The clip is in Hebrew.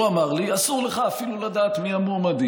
הוא אמר לי: אסור לך אפילו לדעת מי המועמדים.